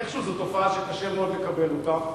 איכשהו זו תופעה שקשה לקבל אותה.